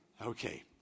Okay